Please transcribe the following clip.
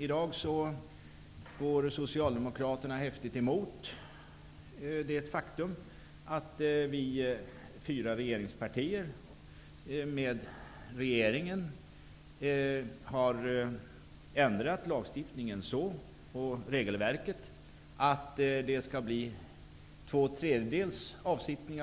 I dag går Socialdemokraterna häftigt emot det faktum att vi fyra regeringspartier och regeringen har ändrat lagstiftningen och regelverket så att man måste sitta av två tredjedelar av